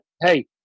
hey